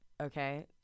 Okay